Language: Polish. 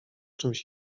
czymś